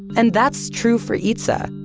and that's true for eatsa.